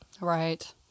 Right